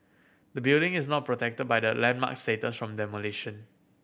the building is not protected by the landmark status from the